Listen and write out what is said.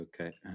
okay